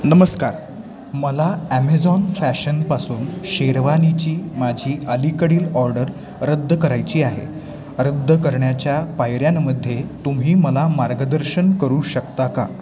नमस्कार मला ॲमेझॉन फॅशनपासून शेरवानीची माझी अलीकडील ऑर्डर रद्द करायची आहे रद्द करण्याच्या पायऱ्यांमध्ये तुम्ही मला मार्गदर्शन करू शकता का